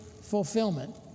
fulfillment